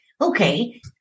Okay